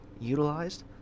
utilized